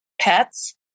pets